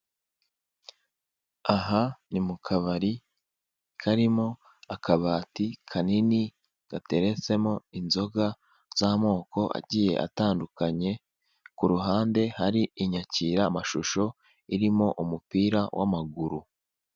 Aha ni mu kabari karimo akabati kanini gateretsemo inzoga z'amoko agiye atandukanye, ku ruhande hari inyakiramashusho irimo umupira w'amaguru.